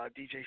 DJ